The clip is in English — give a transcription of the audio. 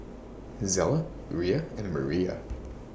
Zella Uriah and Maria